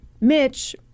Mitch